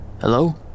Hello